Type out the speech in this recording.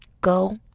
Go